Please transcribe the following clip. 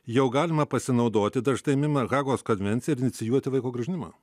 jau galima pasinaudoti dar štai mima hagos konvencija ir inicijuoti vaiko grąžinimą